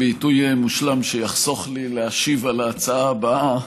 בעיתוי מושלם שיחסוך לי להשיב על ההצעה הבאה: